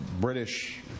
British